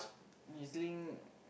EZ-Link